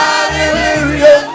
Hallelujah